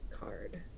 card